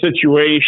situation